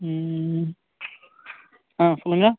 ஆ சொல்லுங்கள்